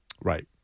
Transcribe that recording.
Right